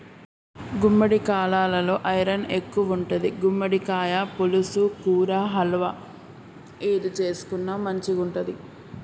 గుమ్మడికాలలో ఐరన్ ఎక్కువుంటది, గుమ్మడికాయ పులుసు, కూర, హల్వా ఏది చేసుకున్న మంచిగుంటది